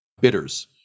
bitters